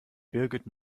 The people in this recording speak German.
birgit